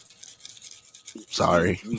Sorry